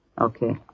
Okay